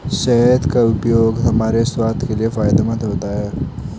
शहद का उपयोग हमारे स्वास्थ्य के लिए फायदेमंद होता है